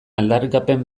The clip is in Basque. aldarrikapen